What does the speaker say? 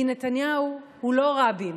כי נתניהו הוא לא רבין,